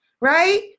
right